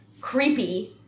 creepy